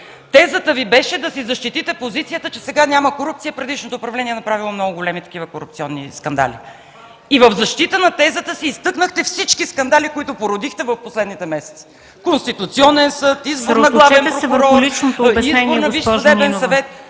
Тезата Ви беше да защитите позицията си, че сега няма корупция, а предишното управление е направило много големи такива корупционни скандали. В защита на тезата си изтъкнахте всички скандали, които породихте в последните месеци – Конституционен съд, избор на главен прокурор, избор на Висш съдебен съвет.